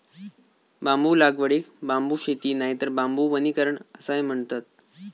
बांबू लागवडीक बांबू शेती नायतर बांबू वनीकरण असाय म्हणतत